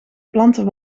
planten